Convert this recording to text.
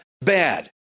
bad